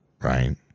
right